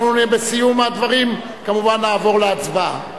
בסיום הדברים כמובן נעבור להצבעה.